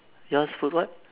yours put what